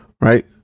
Right